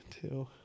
two